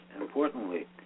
Importantly